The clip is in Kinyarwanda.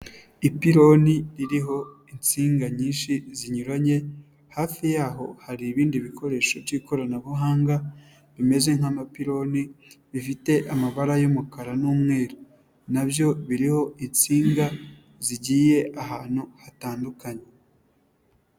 Ipironi ririho insinga nyinshi zinyuranye hafi yaho hari ibindi bikoresho by'ikoranabuhanga bimeze nk'amapiloni, bifite amabara y'umukara n'umweru. Nabyo biriho insinga zigiye ahantu hatandukanye.